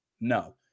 No